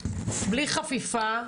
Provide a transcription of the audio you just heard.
בלי חפיפה,